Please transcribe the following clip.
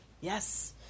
Yes